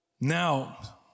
Now